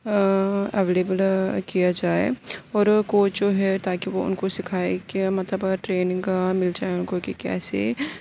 available کیا جائے اور کوچ جو ہے تاکہ وہ ان کو سکھائے کہ مطلب ٹریننگ مل جائے ان کو کہ کیسے